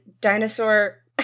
dinosaur